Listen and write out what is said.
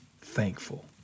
thankful